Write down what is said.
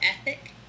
ethic